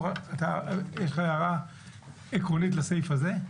יש לך הערה עקרונית לסעיף הזה?